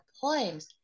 poems